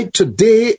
today